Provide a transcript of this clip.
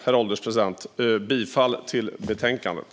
Herr ålderspresident! Jag yrkar bifall till utskottets förslag i betänkandet.